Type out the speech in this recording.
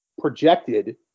projected